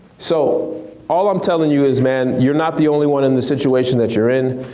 so all i'm telling you is man, you're not the only one in the situation that you're in.